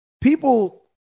people